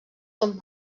són